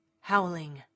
howling